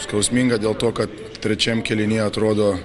skausminga dėl to kad trečiam kėliny atrodo